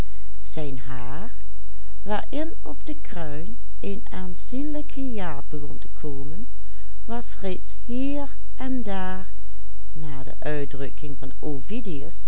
een aanzienlijk hiaat begon te komen was reeds hier en daar naar de uitdrukking van